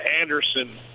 anderson